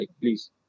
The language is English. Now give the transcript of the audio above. Please